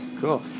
Cool